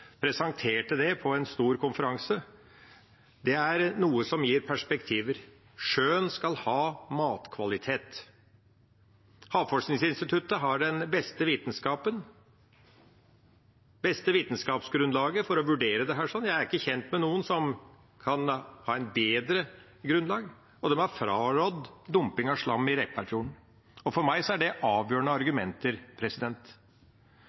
presenterte det på en stor konferanse. Det er noe som gir perspektiver: Sjøen skal ha matkvalitet. Havforskningsinstituttet har det beste vitenskapsgrunnlaget for å vurdere dette, jeg kjenner ikke noen som kan ha et bedre grunnlag. De har frarådd dumping av slam i Repparfjorden. For meg er det avgjørende